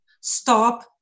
stop